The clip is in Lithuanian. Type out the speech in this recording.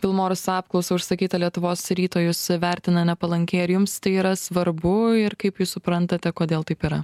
vilmorus apklausą užsakytą lietuvos ryto jus vertina nepalankiai ar jums tai yra svarbu ir kaip jūs suprantate kodėl taip yra